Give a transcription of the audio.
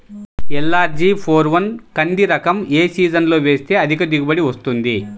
LRG four one కంది రకం ఏ సీజన్లో వేస్తె అధిక దిగుబడి వస్తుంది?